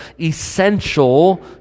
essential